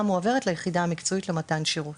מועברת ליחידה המקצועית למתן שירות,